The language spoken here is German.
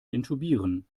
intubieren